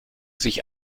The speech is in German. sich